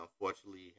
unfortunately